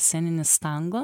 sceninis tango